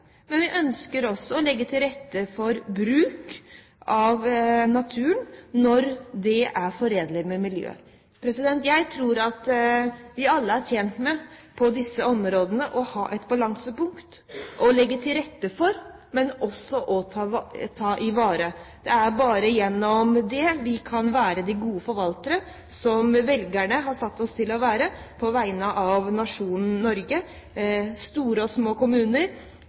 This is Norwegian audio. men vi ønsker også å legge til rette for bruk av naturen når det er forenlig med miljøet. Jeg tror at vi alle er tjent med å ha et balansepunkt på disse områdene – å legge til rette for, men også å ivareta. Det er bare gjennom det vi kan være de gode forvaltere som velgerne har satt oss til å være på vegne av nasjonen Norge. I store og små kommuner,